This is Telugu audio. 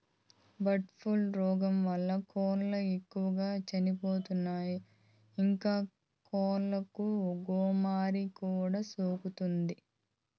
బర్డ్ ఫ్లూ రోగం వలన కోళ్ళు ఎక్కువగా చచ్చిపోతాయి, ఇంకా కోళ్ళకు గోమారి కూడా సోకుతాది